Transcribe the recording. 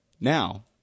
Now